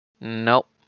nope